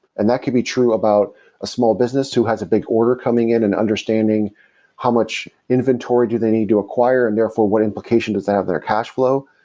and that can be true about a small business who has a big order coming in and understanding how much inventory do they need to acquire and therefore, what implication does that have in their cash flow.